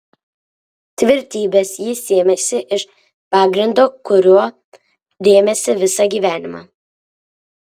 tvirtybės jis sėmėsi iš pagrindo kuriuo rėmėsi visą gyvenimą